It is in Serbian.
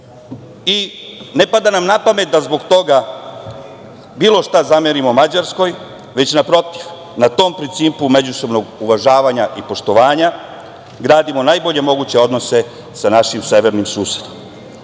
i ne napada nam napamet da zbog toga bilo šta zamerimo Mađarskoj, već naprotiv, na tom principu međusobnog uvažavanja i poštovanja, gradimo najbolje moguće odnose sa našim severnim susedom. Danasa